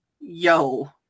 yo